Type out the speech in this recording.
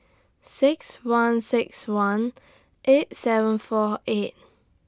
six one six one eight seven four eight